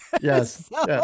Yes